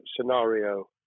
scenario